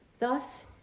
Thus